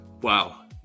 Wow